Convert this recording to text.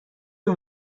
اون